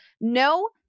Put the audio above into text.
no